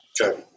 Okay